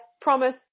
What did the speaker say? promise